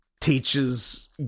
teaches